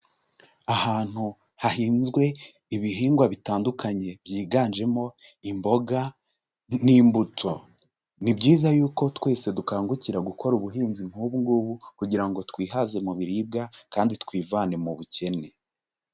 Ahantu hahinzwe ibihingwa bitandukanye, byiganjemo imboga n'imbuto, ni byiza yuko twese dukangukira gukora ubuhinzi nk'ubungubu, kugira ngo twihaze mu biribwa, kandi twivane mu bukene.